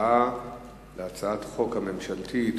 להצבעה על הצעת החוק הממשלתית,